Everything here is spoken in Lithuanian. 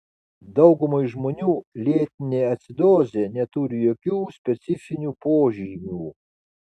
daugumai žmonių lėtinė acidozė neturi jokių specifinių požymių